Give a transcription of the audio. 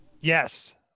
Yes